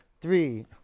three